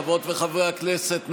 חברות וחברי הכנסת,